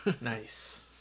Nice